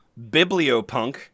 bibliopunk